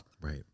right